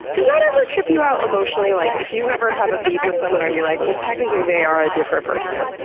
does that ever trip you out emotionally? like, if you ever have a beef with someone, are you like, well technically they are a different person.